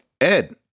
Ed